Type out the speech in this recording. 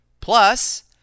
Plus